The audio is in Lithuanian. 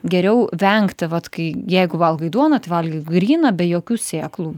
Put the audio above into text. geriau vengti vat kai jeigu valgai duoną tai valgyk gryną be jokių sėklų